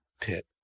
pit